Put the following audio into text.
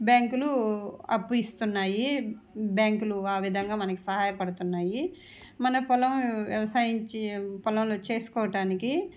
బ్యాంకులు అప్పు ఇస్తున్నాయి బ్యాంకులు ఆ విధంగా మనకు సహాయపడుతున్నాయి మనం పొలం వ్యవసాయం చెయ్ పొలంలో చేసుకోవడానికి